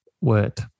word